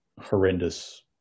horrendous